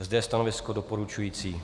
Zde je stanovisko doporučující.